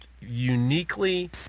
uniquely